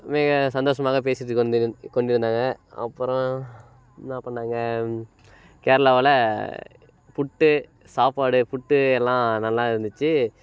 மிக சந்தோஷமாக பேசிகிட்டு கொண்டிருந் கொண்டிருந்தாங்க அப்புறம் என்ன பண்ணாங்க கேரளாவால் புட்டு சாப்பாடு ஃபுட்டு எல்லாம் நல்லா இருந்துச்சு